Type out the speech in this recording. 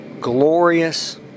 glorious